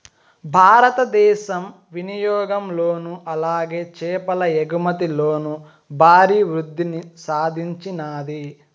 భారతదేశం వినియాగంలోను అలాగే చేపల ఎగుమతిలోను భారీ వృద్దిని సాధించినాది